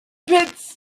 pits